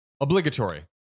Obligatory